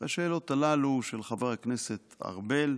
והשאלות הללו של חבר הכנסת ארבל,